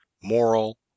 moral